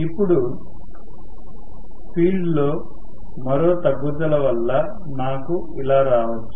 ఇప్పుడు ఫీల్డ్ లోమరో తగ్గుదల వల్ల నాకు ఇలా రావచ్చు